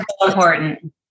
important